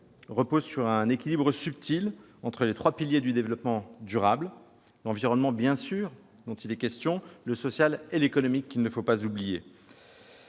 repose sur un équilibre subtil entre les trois piliers du développement durable- l'environnement, bien sûr, le social et l'économique, qu'il ne faut pas oublier